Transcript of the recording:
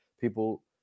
people